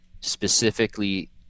specifically